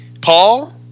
Paul